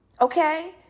Okay